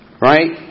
Right